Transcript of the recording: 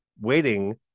waiting